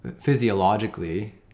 physiologically